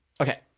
Okay